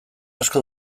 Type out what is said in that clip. asko